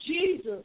Jesus